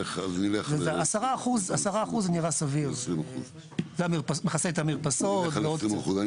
10% נראה סביר, זה מכסה את המרפסות ועוד קצת.